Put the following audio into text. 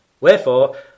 Wherefore